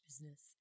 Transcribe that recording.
business